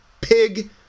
pig